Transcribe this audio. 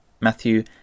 Matthew